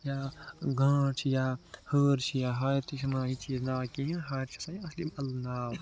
یا گانٹھ چھِ یا ہٲر چھِ یا ہارِ تہِ چھِ وَنان یہِ چیٖز ناو کِہیٖنۍ ہارِ چھِ آسان یہِ اصلی بَدل ناو